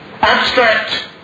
abstract